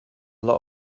lot